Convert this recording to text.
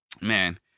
Man